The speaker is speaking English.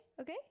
okay